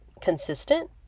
consistent